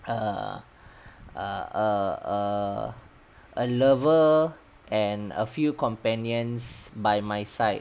err err err a lover and a few companions by my side